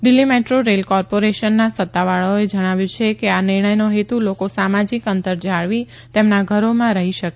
Delhi metro rail કોર્પોરિશના સત્તાવાળાઓએ જણાવ્યું છે કે આ નિર્ણયનો હેતુ લોકો સામાજિક અંતર જાળવી તેમના ઘરોમાં રહી શકે